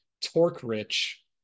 torque-rich